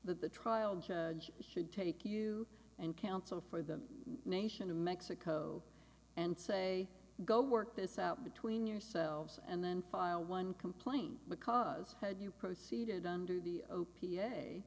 that the trial judge should take you and counsel for the nation of mexico and say go work this out between yourselves and then file one complaint because had you proceeded under the o p